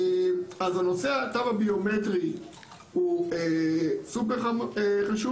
אז נושא התו הביומטרי הוא מאוד חשוב.